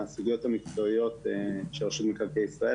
לסוגיות המקצועיות של רשות מקרקעי ישראל,